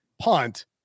punt